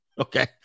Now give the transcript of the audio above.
Okay